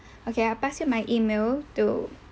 okay I pass you my email to